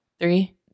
three